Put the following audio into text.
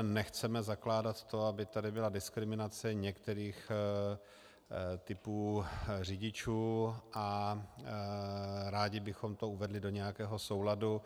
Nechceme zakládat to, aby tady byla diskriminace některých typů řidičů, a rádi bychom to uvedli do nějakého souladu.